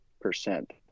percent